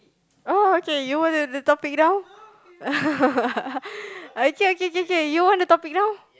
oh okay you want the the topic now okay okay okay you want the topic now